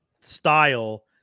style